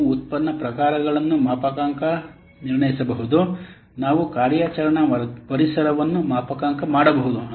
ನೀವು ಉತ್ಪನ್ನ ಪ್ರಕಾರಗಳನ್ನು ಮಾಪನಾಂಕ ನಿರ್ಣಯಿಸಬಹುದು ನಾವು ಕಾರ್ಯಾಚರಣಾ ಪರಿಸರವನ್ನು ಮಾಪನಾಂಕ ಮಾಡಬಹುದು